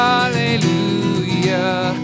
Hallelujah